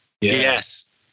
yes